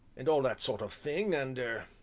and all that sort of thing, and er